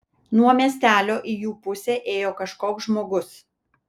nuo miestelio į jų pusę ėjo kažkoks žmogus